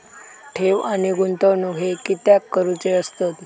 ठेव आणि गुंतवणूक हे कित्याक करुचे असतत?